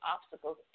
obstacles